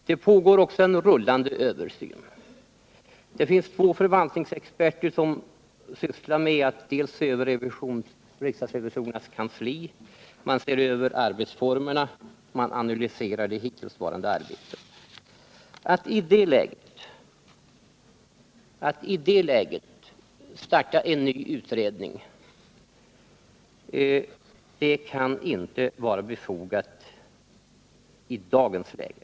Det pågår också en rullande översyn. Förvaltningsexperter ser över arbetsformerna och analyserar det hittillsvarande arbetet vid riksdagsrevisorernas kansli. Att mot den bakgrunden starta en ny utredning kan inte vara befogat i dagens läge.